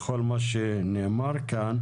וכל מה שנאמר כאן,